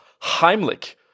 Heimlich